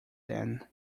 then